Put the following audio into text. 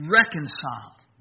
reconciled